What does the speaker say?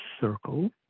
circle